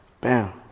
Bam